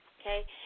Okay